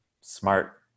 smart